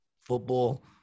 football